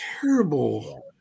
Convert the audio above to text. Terrible